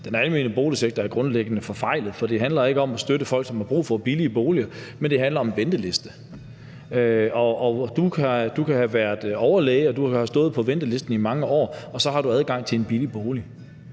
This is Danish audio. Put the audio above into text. Den almene boligsektor er grundlæggende forfejlet, for det handler ikke om at støtte folk, som har brug for billige boliger, men det handler om en venteliste – og du kan have været overlæge, og du kan have stået på ventelisten i mange år, og så har du adgang til en billig bolig.